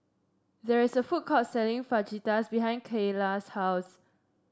there is a food court selling Fajitas behind Keyla's house